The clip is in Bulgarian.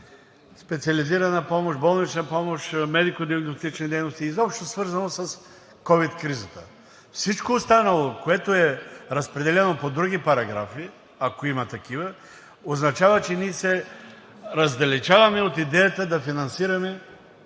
специализирана помощ, болнична помощ, медико-диагностични дейности. Изобщо свързано с ковид кризата. Всичко останало, което е разпределено по други параграфи, ако има такива, означава, че ние се раздалечаваме от идеята да финансираме